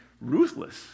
ruthless